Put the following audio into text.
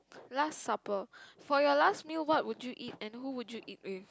last supper for your last meal what would you eat and who would you eat with